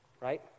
Right